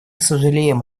сожалеем